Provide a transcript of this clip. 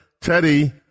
Teddy